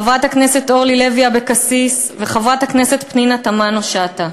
חברת הכנסת אורלי לוי אבקסיס וחברת הכנסת פנינה תמנו-שטה.